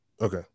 Okay